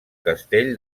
castell